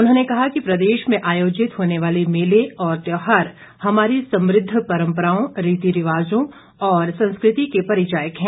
उन्होंने कहा कि प्रदेश में आयोजित होने वाले मेले और त्योहार हमारी समुद्व परंपराओं रीति रिवाजों और संस्कृति के परिचायक है